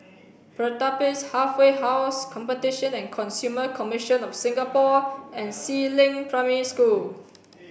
Pertapis Halfway House Competition and Consumer Commission of Singapore and Si Ling Primary School